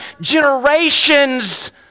generations